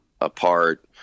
apart